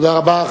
תודה רבה.